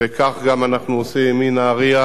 וכך גם אנחנו עושים מנהרייה